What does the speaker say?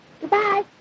goodbye